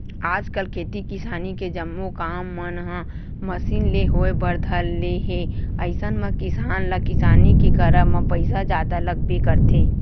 आजकल खेती किसानी के जम्मो काम मन ह मसीन ले होय बर धर ले हे अइसन म किसान ल किसानी के करब म पइसा जादा लगबे करथे